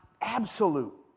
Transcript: absolute